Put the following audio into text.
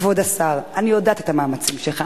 כבוד השר, אני יודעת את המאמצים שלך.